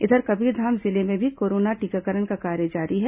इधर कबीरधाम जिले में भी कोरोना टीकाकरण का कार्य जारी है